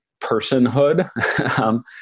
personhood